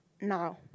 now